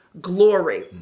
glory